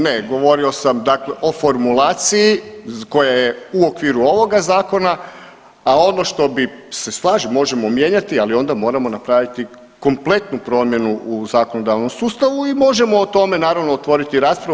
Ne, govorio sam dakle o formulaciji koje je u okviru ovoga zakona, a ono što bi se slažem možemo mijenjati, ali onda moramo napraviti kompletnu promjenu u zakonodavnom sustavu i možemo o tome naravno otvoriti raspravu.